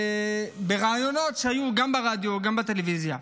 בראיונות שהיו גם ברדיו, גם בטלוויזיה,